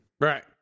Right